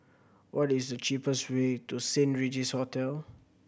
what is the cheapest way to Saint Regis Hotel